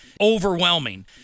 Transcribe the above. overwhelming